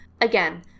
Again